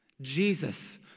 Jesus